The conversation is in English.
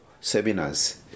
seminars